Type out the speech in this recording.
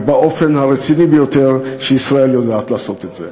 ובאופן הרציני ביותר שישראל יודעת לעשות את זה.